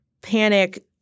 panic